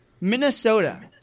Minnesota